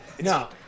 No